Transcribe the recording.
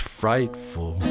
frightful